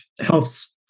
helps